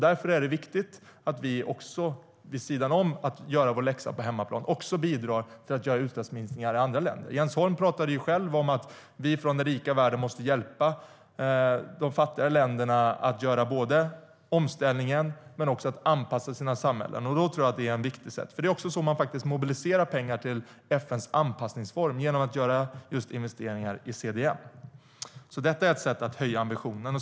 Därför är det viktigt att vi vid sidan om att göra vår hemläxa på hemmaplan bidrar till att göra utsläppsminskningar i andra länder. Jens Holm talade själv om att vi i den rika världen måste hjälpa fattigare länder att ställa om och anpassa sina samhällen. Då är detta viktigt. Vi mobiliserar också pengar till FN:s anpassningsfond genom att göra investeringar i just CDM. Detta är alltså ett sätt att höja ambitionen.